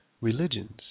religions